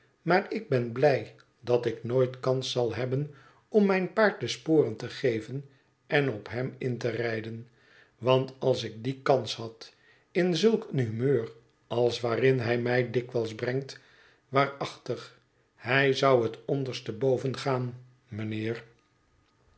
maar ik ben blij dat ik nooit kans zal hebben om mijn paard de sporen te geven en op hem in te rijden want als ik die kans had in zulk een humeur als waarin hij mij dikwijls brengt waarachtig hij zou het onderste boven gaan mijnheer